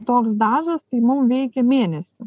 toks dažas tai mum veikia mėnesį